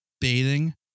bathing